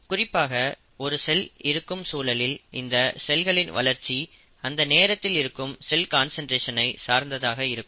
குறிப்பாக ஒரு செல் இருக்கும் சூழலில் இந்த செல்களின் வளர்ச்சி அந்த நேரத்தில் இருக்கும் செல் கான்சன்ட்ரேஷன் ஐ சார்ந்ததாக இருக்கும்